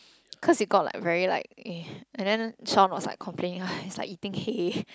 cause it got like very like eh and then Shawn was like complain it was eating like hay